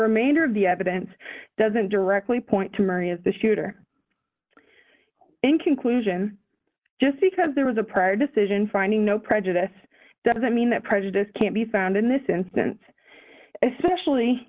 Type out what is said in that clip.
remainder of the evidence doesn't directly point to marias the shooter in conclusion just because there was a prior decision finding no prejudice doesn't mean that prejudice can't be found in this instance especially